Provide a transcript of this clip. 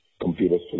computers